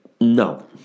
No